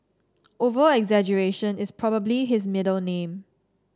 over exaggeration is probably his middle name